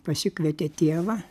pasikvietė tėvą